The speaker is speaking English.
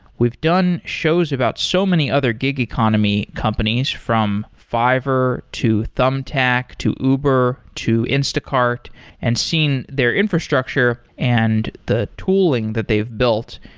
we've done shows about so many other gig economy companies from fiverr, to thumbtack, to uber to instacart and seen their infrastructure and the tooling that they've built,